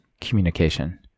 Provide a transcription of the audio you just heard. communication